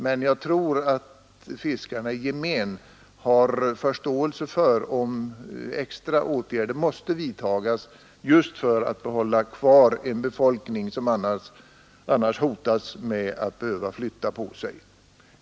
Men jag tror att fiskarna i gemen har förståelse för om extra åtgärder måste vidtagas just för att vi skall kunna behålla en befolkning som annars hotas av att behöva flytta på sig.